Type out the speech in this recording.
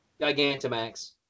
Gigantamax